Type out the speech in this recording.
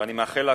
ואני מאחל לה